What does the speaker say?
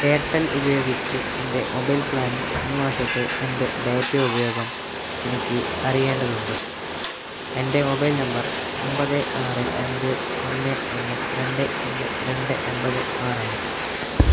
Airtel ഉപയോഗിച്ച് എൻ്റെ mobile പ്ലാനിൽ ഈ മാസത്തെ എൻ്റെ ഡാറ്റ ഉപയോഗം എനിക്ക് അറിയേണ്ടതുണ്ട് എൻ്റെ മൊബൈൽ നമ്പർ ഒമ്പത് ആറ് അഞ്ച് ഒന്ന് ഒന്ന് രണ്ട് രണ്ട് രണ്ട് ഒമ്പത് ആറാണ്